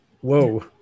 Whoa